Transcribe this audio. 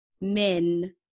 men